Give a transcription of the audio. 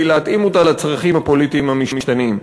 להתאים אותה לצרכים הפוליטיים המשתנים.